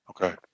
Okay